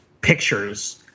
pictures